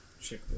check